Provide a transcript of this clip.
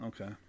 Okay